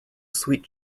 sweet